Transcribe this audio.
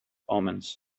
omens